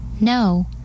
No